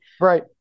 right